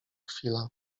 chwila